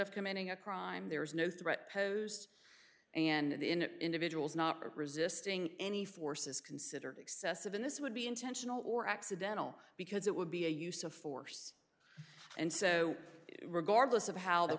of committing a crime there is no threat posed and in individuals not resisting any force is considered excessive in this would be intentional or accidental because it would be a use of force and so regardless of how